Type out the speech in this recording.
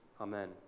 Amen